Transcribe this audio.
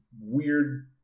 weird